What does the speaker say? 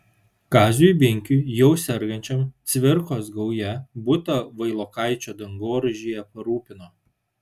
kaziui binkiui jau sergančiam cvirkos gauja butą vailokaičio dangoraižyje parūpino